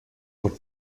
were